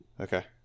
Okay